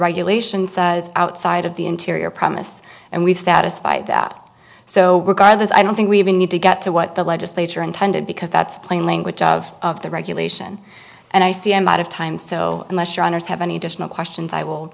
regulations outside of the interior promised and we've satisfied that so regardless i don't think we even need to get to what the legislature intended because that's the plain language of the regulation and i see em out of time so unless your honour's have any additional questions i will